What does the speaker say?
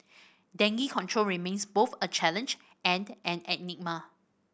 dengue control remains both a challenge and an enigma